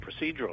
procedural